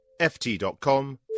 ft.com